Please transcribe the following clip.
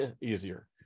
easier